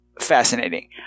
fascinating